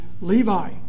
Levi